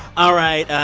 all right.